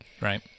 Right